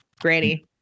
Granny